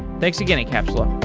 thanks again, encapsula